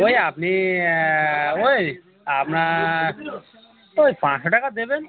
ওই আপনি ওই আপনার ওই পাঁচশো টাকা দেবেন